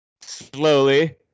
slowly